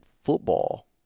football